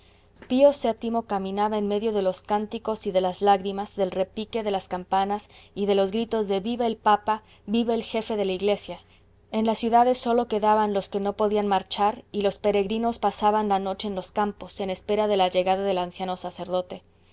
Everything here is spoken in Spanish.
pío vii caminaba en medio de los cánticos y de las lágrimas del repique de las campanas y de los gritos de viva el papa viva el jefe de la iglesia en las ciudades sólo quedaban los que no podían marchar y los peregrinos pasaban la noche en los campos en espera de la llegada del anciano sacerdote